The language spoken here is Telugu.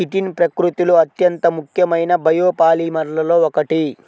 చిటిన్ ప్రకృతిలో అత్యంత ముఖ్యమైన బయోపాలిమర్లలో ఒకటి